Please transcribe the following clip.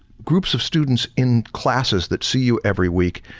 groups of students in classes that see you every week.